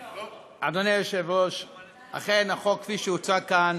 אדוני היושב-ראש, אכן, החוק כפי שהוצג כאן